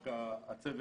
הצוות,